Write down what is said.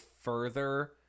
further